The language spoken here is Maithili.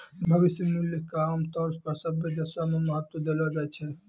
भविष्य मूल्य क आमतौर पर सभ्भे देशो म महत्व देलो जाय छै